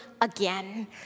again